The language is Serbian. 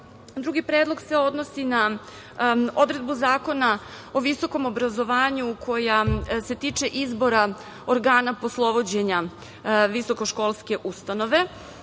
drugi predlog se odnosi na odredbu Zakona o visokom obrazovanju koja se tiče izbora organa poslovođenja visokoškolske ustanove.